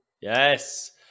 Yes